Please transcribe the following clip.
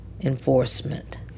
enforcement